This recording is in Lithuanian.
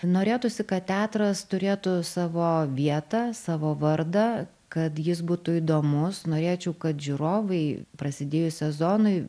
norėtųsi kad teatras turėtų savo vietą savo vardą kad jis būtų įdomus norėčiau kad žiūrovai prasidėjus sezonui